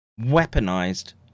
weaponized